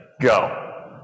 Go